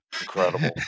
incredible